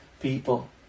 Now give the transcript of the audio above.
people